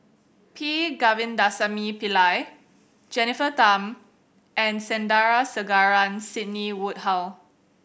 P Govindasamy Pillai Jennifer Tham and Sandrasegaran Sidney Woodhull